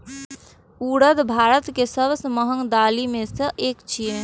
उड़द भारत के सबसं महग दालि मे सं एक छियै